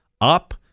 up